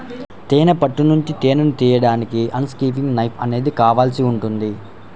తేనె పట్టు నుంచి తేనెను తీయడానికి అన్క్యాపింగ్ నైఫ్ అనేది కావాల్సి ఉంటుంది